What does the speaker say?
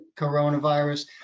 coronavirus